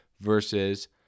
versus